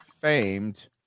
famed